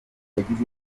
yagize